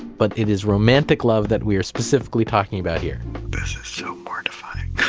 but it is romantic love that we are specifically talking about here this is so mortifying